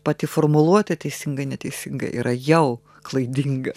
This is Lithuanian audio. pati formuluotė teisinga neteisinga yra jau klaidinga